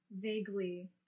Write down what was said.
vaguely